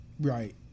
Right